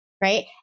Right